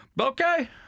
Okay